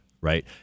right